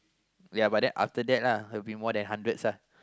but then after that lah will be more than hundreds ah